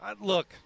Look